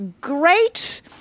great